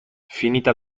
finita